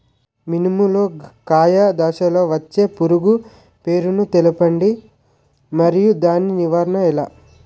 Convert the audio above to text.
మినుము లో కాయ దశలో వచ్చే పురుగు పేరును తెలపండి? మరియు దాని నివారణ ఎలా?